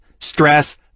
Stress